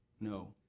No